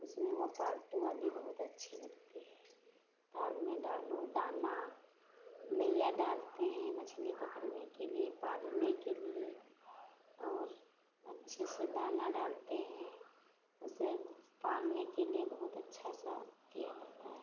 उसमें वो पालतू वाली बहुत अच्छी लगती है ताल में डालो दाना लइया डालते हैं मछली पकड़ने के लिए पालने के लिए और अच्छे से दाना डालते हैं उसे पालने के लिए बहुत अच्छा सा किया जाता है